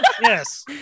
yes